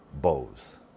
Bows